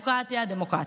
דמוקרטיה,